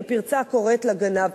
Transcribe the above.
ופרצה קוראת לגנב,